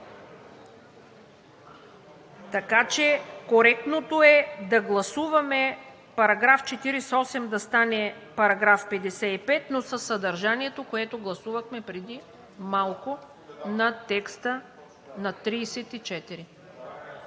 Така че коректното е да гласуваме § 48 да стане § 55, но със съдържанието, което гласувахме преди малко за текста на §